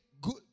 good